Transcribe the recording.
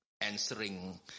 answering